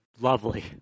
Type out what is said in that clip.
lovely